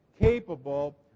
capable